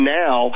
now